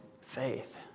faith